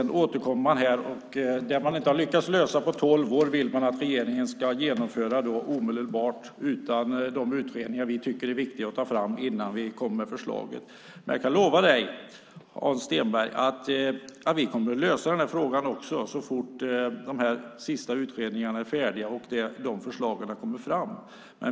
Nu återkommer han och vill att regeringen, utan de utredningar vi tycker är viktiga att ta fram innan vi kommer med förslag, omedelbart ska genomföra det man inte har lyckats lösa på tolv år. Jag kan lova dig, Hans Stenberg, att vi kommer att lösa den här frågan också så fort de sista utredningarna är färdiga och de förslagen har kommit fram.